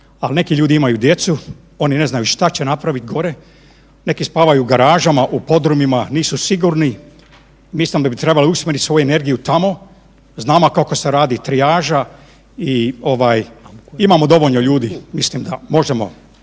ali neki ljudi imaju djecu, oni ne znaju šta će napraviti gore, neki spavaju u garažama, u podrumima, nisu sigurni, mislim da bi trebalo usmjeriti svu energiju tamo. Znamo kako se radi trijaža i ovaj imamo dovoljno ljudi i mislim da možemo